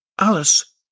Alice